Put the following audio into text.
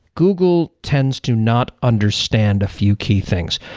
google tends to not understand a few key things.